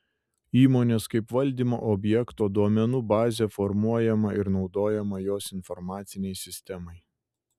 įmonės kaip valdymo objekto duomenų bazė formuojama ir naudojama jos informacinei sistemai